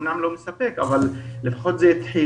אמנם לא מספק, אבל לפחות זה התחיל.